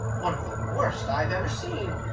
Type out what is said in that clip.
one of the worst i have ever seen.